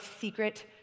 secret